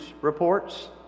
reports